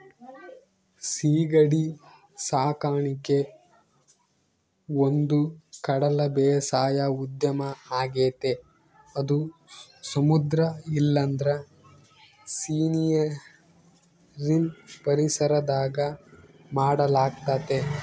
ಸೀಗಡಿ ಸಾಕಣಿಕೆ ಒಂದುಕಡಲ ಬೇಸಾಯ ಉದ್ಯಮ ಆಗೆತೆ ಅದು ಸಮುದ್ರ ಇಲ್ಲಂದ್ರ ಸೀನೀರಿನ್ ಪರಿಸರದಾಗ ಮಾಡಲಾಗ್ತತೆ